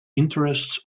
interests